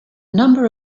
number